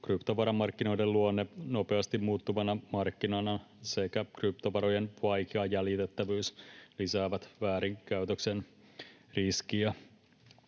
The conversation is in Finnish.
Kryptovaramarkkinoiden luonne nopeasti muuttuvana markkinana sekä kryptovarojen vaikea jäljitettävyys lisäävät väärinkäytöksen riskiä.